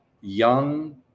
young